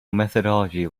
methodology